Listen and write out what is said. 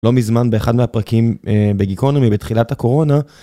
לא מזמן, באחד מהפרקים בגיקונומי בתחילת הקורונה.